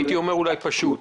אולי פשוט.